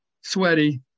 sweaty